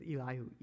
Elihu